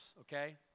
Okay